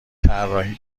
طراحی